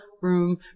room